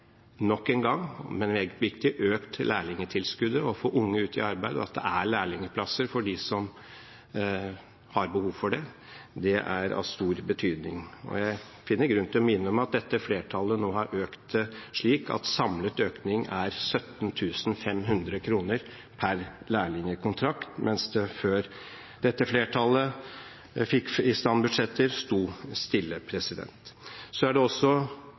nok en gang, men meget viktig, økt lærlingtilskuddet. Å få unge ut i arbeid og at det er lærlingplasser for dem som har behov for det, er av stor betydning. Jeg finner grunn til å minne om at dette flertallet har økt dette slik at samlet økning er 17 500 kr per lærlingkontrakt, mens det før dette flertallet fikk i stand budsjetter, sto stille. Det er også